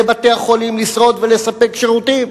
לבתי-החולים לשרוד ולספק שירותים.